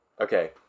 Okay